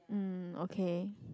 um okay